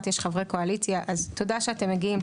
יש חברי קואליציה אז תודה שאתם מגיעים.